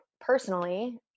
personally